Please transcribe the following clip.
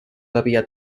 devia